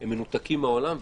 הם מנותקים מהעולם.